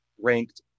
Ranked